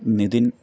Nitin